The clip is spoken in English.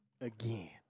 Again